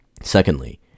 Secondly